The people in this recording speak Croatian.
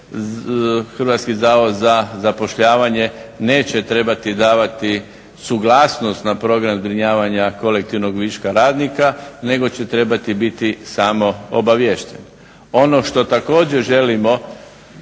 Hrvatski zavod za zapošljavanje neće trebati davati suglasnost na program zbrinjavanja kolektivnog viška radnika nego će trebati biti samo obaviješteni. Ono što također želimo